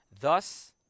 Thus